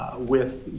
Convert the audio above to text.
with,